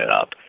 up